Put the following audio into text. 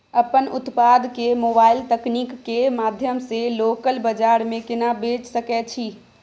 अपन उत्पाद के मोबाइल तकनीक के माध्यम से लोकल बाजार में केना बेच सकै छी?